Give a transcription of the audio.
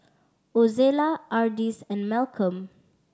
Ozella Ardis and Malcolm